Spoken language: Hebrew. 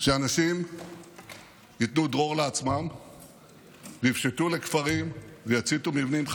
אנשים ייתנו דרור לעצמם ויפשטו על כפרים ויציתו מבנים.